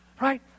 right